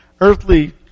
earthly